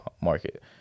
market